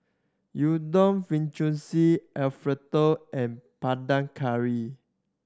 Udon Fettuccine Alfredo and Panang Curry